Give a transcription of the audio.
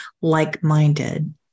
like-minded